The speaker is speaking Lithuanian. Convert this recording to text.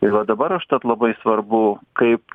ir va dabar užtat labai svarbu kaip